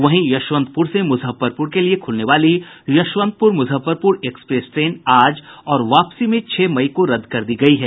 वहीं यशवंतपुर से मुजफ्फरपुर के लिये खुलने वाली यशवंतपुर मुजफ्फरपुर एक्सप्रेस ट्रेन आज और वापसी में छह मई को रद्द कर दी गयी है